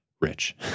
rich